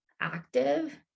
active